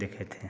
देखे थे